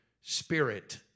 spirit